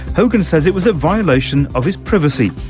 hogan says it was a violation of his privacy.